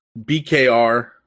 BKR